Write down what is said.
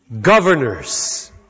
governors